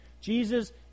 Jesus